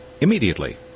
immediately